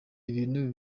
ibi